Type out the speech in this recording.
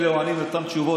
אלה עונים את אותן תשובות.